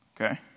Okay